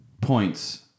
points